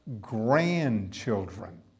grandchildren